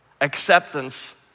acceptance